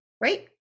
right